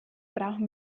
brauchen